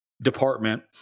department